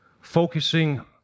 focusing